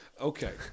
Okay